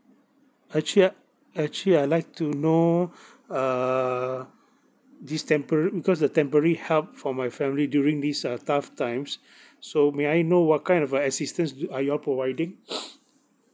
actually I actually I'd like to know err this temporary request the temporary help for my family during this uh tough times so may I know what kind of uh assistance you are you all providing